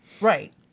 Right